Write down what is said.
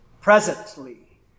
presently